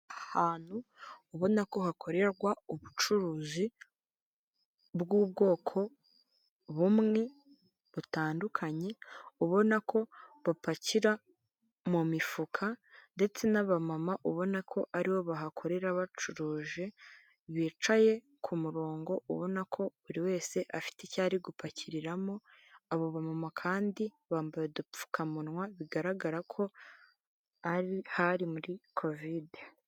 Ahantu ubona ko hakorerwa ubucuruzi bw'ubwoko bumwe butandukanye, ubona ko bapakira mu mifuka ndetse n'aba mama ubona ko aribo bahakorera bacuruje, bicaye ku murongo ubona ko buri wese afite icyo ari gupakiriramo. Abo ba ma mama kandi bambaye udupfukamunwa bigaragara ko hari muri covide.